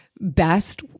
best